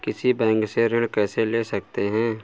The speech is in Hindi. किसी बैंक से ऋण कैसे ले सकते हैं?